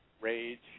rage